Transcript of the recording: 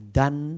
done